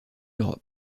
europe